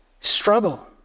struggle